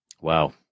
Wow